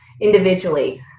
individually